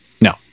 No